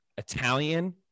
italian